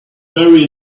very